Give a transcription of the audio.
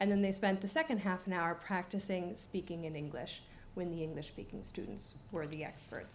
and then they spent the second half an hour practicing speaking in english when the english speaking students were the e